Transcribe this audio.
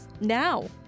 now